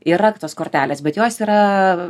yra tos kortelės bet jos yra